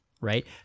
Right